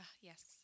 yes